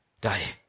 die